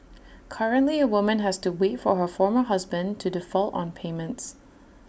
currently A woman has to wait for her former husband to default on payments